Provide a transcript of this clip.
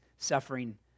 Suffering